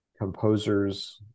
composers